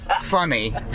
funny